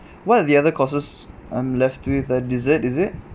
what are the other courses I'm left with ah dessert is it